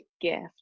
gift